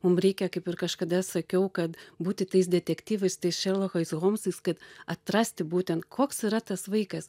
mum reikia kaip ir kažkada sakiau kad būti tais detektyvais tais šerlokais holmsais kad atrasti būtent koks yra tas vaikas